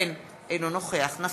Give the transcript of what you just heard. אינו נוכח איל בן ראובן,